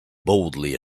boldly